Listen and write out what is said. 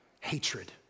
hatred